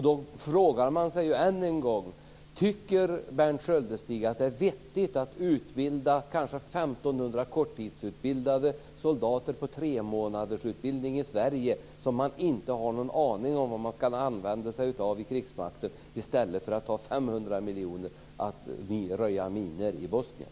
Då frågar man sig än en gång: Tycker Berndt Sköldestig att det är vettigt att under tre månader i Sverige korttidsutbilda kanske 1 500 soldater - som man inte har en aning om hur man ska använda sig av i krigsmakten - i stället för att ta 500 miljoner till att röja minor i Bosnien?